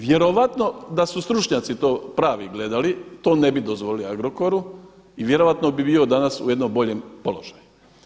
Vjerojatno da su stručnjaci to pravi gledali to ne bi dozvolio Agrokoru i vjerojatno bi bio danas u jednom boljem položaju.